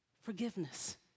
forgiveness